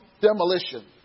demolition